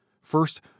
First